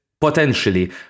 Potentially